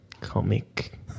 comic